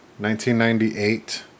1998